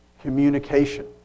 communication